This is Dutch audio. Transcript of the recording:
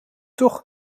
toch